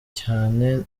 cyane